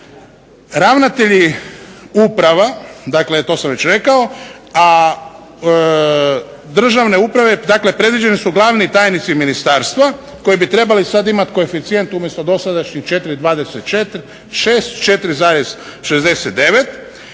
ravnatelji uprava, dakle to sam već rekao, a državne uprave dakle predviđeni su glavni tajnici ministarstva koji bi trebali sada imati koeficijent umjesto dosadašnjih 4,26, 4,69,